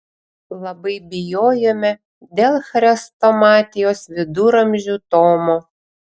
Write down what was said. labai bijojome dėl chrestomatijos viduramžių tomo